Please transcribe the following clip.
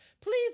please